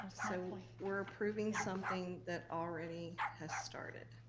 so we're approving something that already has started.